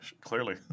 clearly